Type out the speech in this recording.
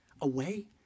away